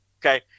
Okay